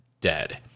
dead